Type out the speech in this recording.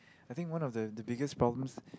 I think one of the the biggest problems